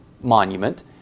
monument